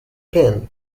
pin